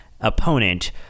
opponent